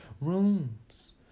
Rooms